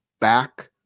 back